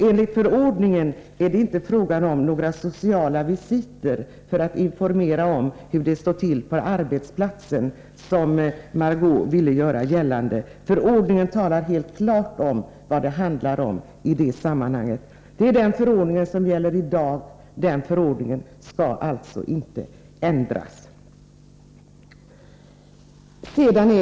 Enligt förordningen är det inte fråga om några sociala visiter för att informera om hur det står till på arbetsplatsen, som Marg6 Ingvardsson vill göra gällande. I förordningen sägs klart ifrån vad det handlar om. Det är denna förordning som i dag gäller, och den skall inte ändras.